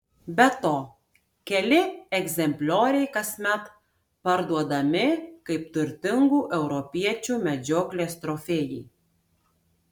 be to keli egzemplioriai kasmet parduodami kaip turtingų europiečių medžioklės trofėjai